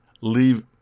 leave